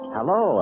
Hello